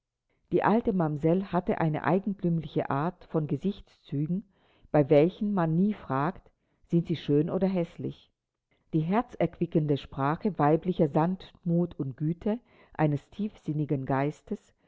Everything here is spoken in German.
die alte mamsell hatte eine eigentümliche art von gesichtszügen bei welchen man nie fragt sind sie schön oder häßlich die herzerquickende sprache weiblicher sanftmut und güte eines tiefsinnigen geistes